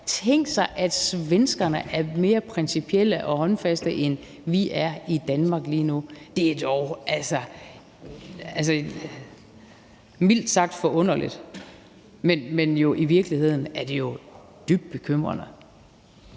Tænk sig, at svenskerne er mere principielle og håndfaste, end vi er i Danmark lige nu. Det er dog mildt sagt forunderligt, men i virkeligheden er det jo dybt bekymrende.